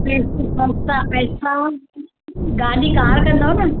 पैसा ॻाडी कार कंदव न